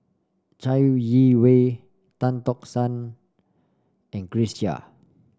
Chai Yee Wei Tan Tock San and Grace Chia